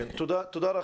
תודה.